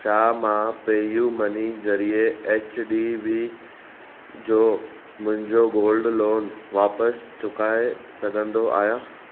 छा मां PayU Money ज़रिए एच डी बी जो मुंहिंजो गोल्ड लोन वापसि चुकाए सघंदो आहियां